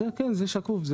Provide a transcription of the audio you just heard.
זה שקוף.